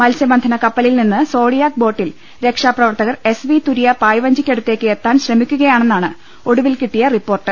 മത്സ്യബന്ധനക്കപ്പലിൽ നിന്ന് സോഡിയാക് ബോട്ടിൽ രക്ഷാപ്രവർത്തകർ എസ് വി തുരിയ പായ് വഞ്ചിക്കടുത്തേക്ക് എത്താൻ ശ്രമിക്കുക യാണെന്നാണ് ഒടുവിൽ കിട്ടിയ റിപ്പോർട്ട്